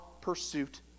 pursuit